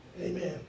Amen